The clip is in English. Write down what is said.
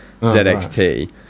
ZXT